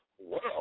world